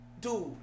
dude